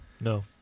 No